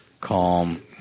calm